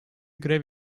grev